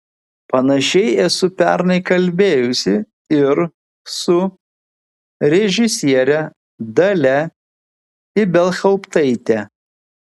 panašiai esu pernai kalbėjusi ir su režisiere dalia ibelhauptaite